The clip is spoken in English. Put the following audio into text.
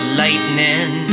lightning